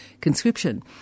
conscription